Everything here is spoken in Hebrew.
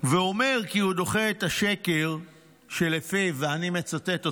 ואומר כי הוא דוחה את השקר שלפיו, ואני מצטט אותו: